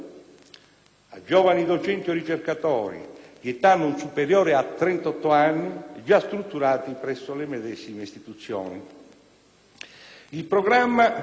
a giovani docenti o ricercatori, di età non superiore a 38 anni, già strutturati presso le medesime istituzioni. Il programma